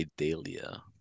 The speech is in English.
Idalia